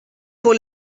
pour